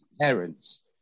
parents